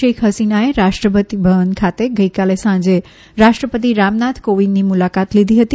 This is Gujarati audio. શેખ ફસીનાએ રાષ્ટ્રપતિભવન ખાતે ગઇકાલે સાંજે રાષ્ટ્રપતિ રામનાથ કોવિંદની મુલાકાત લીધી હતી